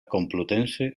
complutense